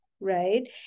right